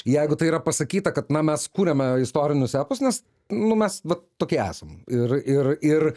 jeigu tai yra pasakyta kad na mes kuriame istorinius epus nes nu mes vat tokie esam ir ir ir